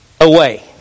away